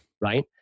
right